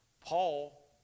Paul